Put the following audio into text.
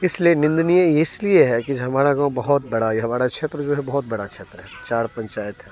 इसलिए निंदनीय है इसलिए है कि हमारा को बहुत बड़ा है हमारा क्षेत्र जो है बहुत बड़ा क्षेत्र है चार पंचायत है